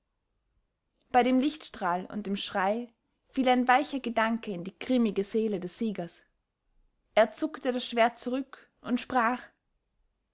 bei dem lichtstrahl und dem schrei fiel ein weicher gedanke in die grimmige seele des siegers er zuckte das schwert zurück und sprach